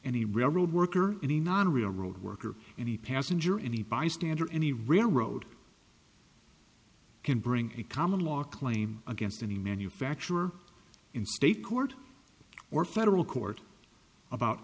any railroad worker any non real world worker any passenger or any bystander any railroad can bring a common law claim against any manufacturer in state court or federal court about